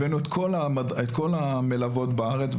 הבאנו את כל המלוות בארץ,